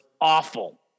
awful